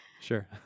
Sure